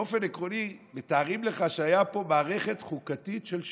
באופן עקרוני מתארים לך שהייתה פה מערכת חוקתית של שוויון.